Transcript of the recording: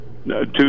two